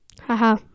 Haha